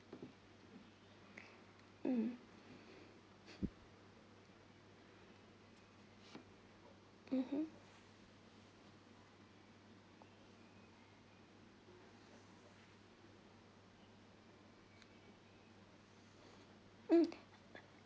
mm mmhmm mm